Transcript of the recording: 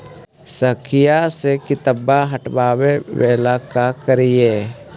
सगिया से किटवा हाटाबेला का कारिये?